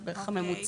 זה גם בערך הממוצע.